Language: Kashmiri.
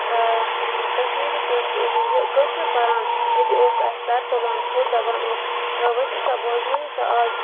کَشمیٖری پٲٹھۍ یہِ کٲشُر پَران أتی اوس اَسہِ سَرٕ تُلان تھوٚد دَپان اوس ؤتھِو سا بوزنٲیِو سا آز